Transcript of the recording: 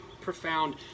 profound